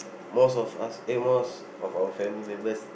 most of us eh most of our family members